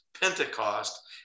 Pentecost